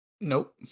Nope